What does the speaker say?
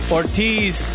Ortiz